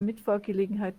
mitfahrgelegenheit